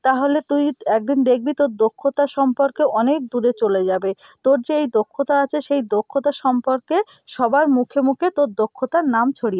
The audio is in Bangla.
তাহলে তুই একদিন দেখবি তোর দক্ষতা সম্পর্কে অনেক দূরে চলে যাবে তোর যে এই দক্ষতা আছে সেই দক্ষতা সম্পর্কে সবার মুখে মুখে তোর দক্ষতার নাম ছড়িয়ে